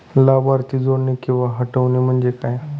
लाभार्थी जोडणे किंवा हटवणे, म्हणजे काय?